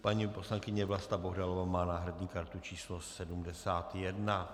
Paní poslankyně Vlasta Bohdalová má náhradní kartu číslo 71.